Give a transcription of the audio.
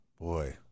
Boy